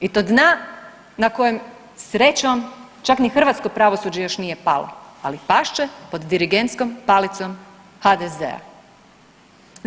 I to dna na kojem srećom čak ni hrvatsko pravosuđe još nije palo, ali past će pod dirigentskom palicom HDZ-a.